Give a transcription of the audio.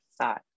thought